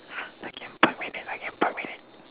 perking permeate like permeate